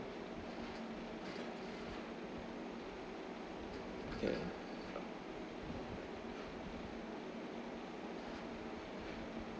okay